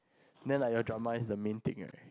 then like your drama is the main thing right